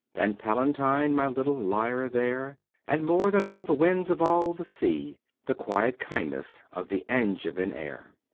than palatine my little lyre there and more than all the winds of all the sea the quiet kindness of the angevin air.